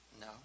No